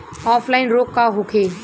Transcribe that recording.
Offline रोग का होखे?